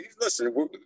listen